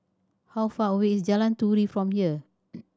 how far away is Jalan Turi from here